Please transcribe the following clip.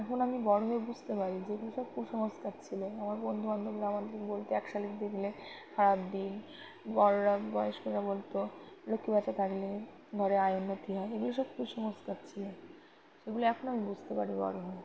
এখন আমি বড় হয়ে বুঝতে পারি যে এগুলো সব কুসংস্কার ছিল আমার বন্ধুবান্ধবরা আমাদের বলতো এক শালিক দেখলে খারাপ দিন বড়রা বয়স্করা বলতো লক্ষ্মীপ্যাঁচা থাকলে ঘরে আয় উন্নতি হয় এগুলো সব কুসংস্কার ছিল সেগুলো এখন আমি বুঝতে পারি বড় হয়ে